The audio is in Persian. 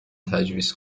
تجویز